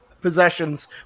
possessions